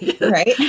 right